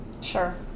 Sure